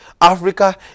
Africa